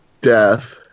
death